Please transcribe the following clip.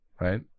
right